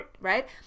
right